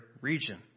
region